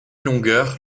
longueur